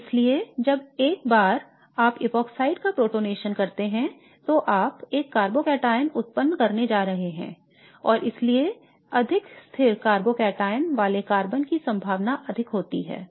और इसलिए एक बार जब आप इपॉक्साइड का प्रोटोनेशन करते हैं तो आप एक कार्बोकैटायन उत्पन्न करने जा रहे हैंऔर इसलिए अधिक स्थिर कार्बोकैटायन वाले कार्बन की संभावना अधिक होती है